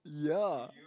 ya